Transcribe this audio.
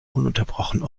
ununterbrochen